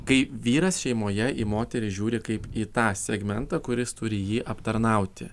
kai vyras šeimoje į moterį žiūri kaip į tą segmentą kuris turi jį aptarnauti